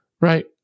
Right